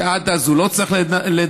שעד אז הוא לא צריך לדווח,